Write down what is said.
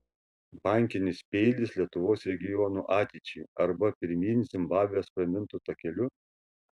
bankinis peilis lietuvos regionų ateičiai arba pirmyn zimbabvės pramintu takeliu